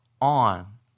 on